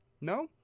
No